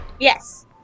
Yes